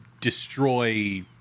destroy